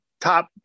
top